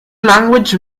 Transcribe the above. language